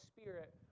spirit